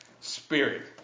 spirit